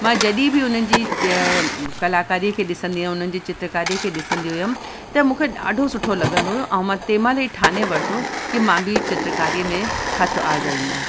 मां जॾहिं बि उन्हनि जी कलाकारीअ खे ॾिसंदी आहियां उन्हनि जी चित्रकारीअ खे ॾिसंदी हुअमि त मूंखे ॾाढो सुठो लॻंदो हुओ ऐं मां तंहिं महिल ई ठाने वरितो की मां बि चित्रकारीअ में हथु आज़माईंदमि